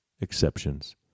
exceptions